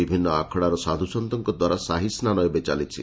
ବିଭିନ୍ନ ଆଖଡ଼ାର ସାଧୁସନ୍ତଙ୍କ ଦ୍ୱାରା ସାହିସ୍ନାନ ଏବେ ଚାଲିଛି